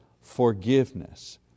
forgiveness